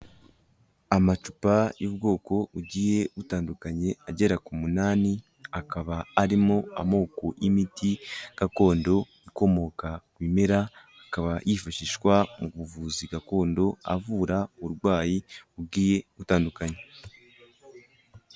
Amacupa y'ubwoko bugiye butandukanye agera ku munani. Akaba arimo amoko y'imiti gakondo ikomoka ku bimera. Akaba yifashishwa mu buvuzi gakondo avura uburwayi bugiye butandukanye.